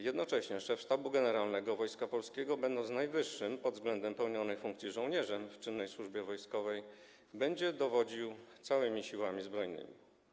Jednocześnie szef Sztabu Generalnego Wojska Polskiego, będąc najwyższym pod względem pełnionej funkcji żołnierzem w czynnej służbie wojskowej, będzie dowodził całymi Siłami Zbrojnymi.